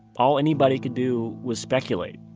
all anybody could do was speculate.